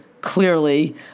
clearly